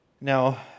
Now